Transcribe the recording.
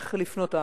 איך לפנות.